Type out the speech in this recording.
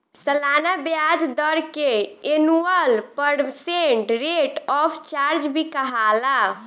सलाना ब्याज दर के annual percent rate of charge भी कहाला